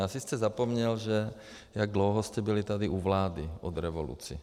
Asi jste zapomněl, jak dlouho jste byli tady u vlády od revoluce.